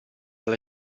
alle